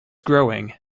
growing